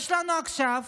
ויש לנו עכשיו